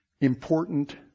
important